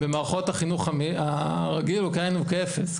במערכות החינוך הרגיל הוא כאין וכאפס.